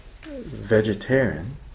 vegetarian